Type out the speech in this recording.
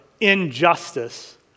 injustice